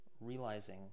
Realizing